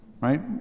Right